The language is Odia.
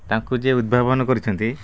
ତାଙ୍କୁ ଯିଏ ଉଦ୍ଭାବନ କରିଛନ୍ତି